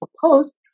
post